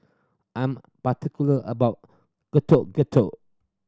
I'm particular about getow getow